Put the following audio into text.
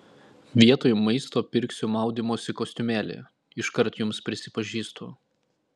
vietoj maisto pirksiu maudymosi kostiumėlį iškart jums prisipažįstu